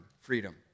freedom